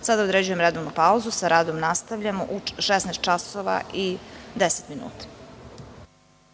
određuje redovnu pauzu. Sa radom nastavljamo u 16,10